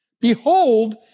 Behold